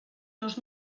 dos